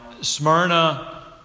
Smyrna